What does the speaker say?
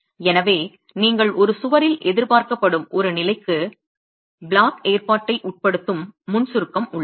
எனவே நீங்கள் ஒரு சுவரில் எதிர்பார்க்கப்படும் ஒரு நிலைக்கு பிளாக் ஏற்பாட்டை உட்படுத்தும் முன் சுருக்கம் உள்ளது